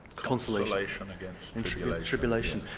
consolation against and like tribulation,